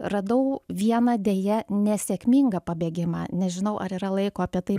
radau vieną deja nesėkmingą pabėgimą nežinau ar yra laiko apie tai